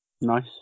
Nice